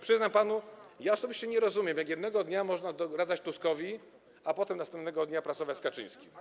Przyznam panu, że osobiście nie rozumiem, jak jednego dnia można doradzać Tuskowi, a potem następnego dnia pracować z Kaczyńskim.